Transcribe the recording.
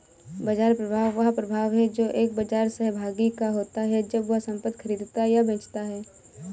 बाजार प्रभाव वह प्रभाव है जो एक बाजार सहभागी का होता है जब वह संपत्ति खरीदता या बेचता है